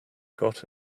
got